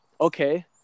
okay